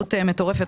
בהשתוללות מטורפת,